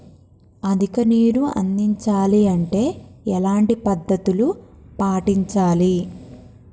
అధిక నీరు అందించాలి అంటే ఎలాంటి పద్ధతులు పాటించాలి?